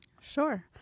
Sure